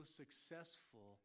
successful